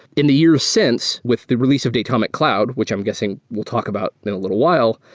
in the years since with the release of datomic cloud, which i'm guessing we'll talk about in a little while,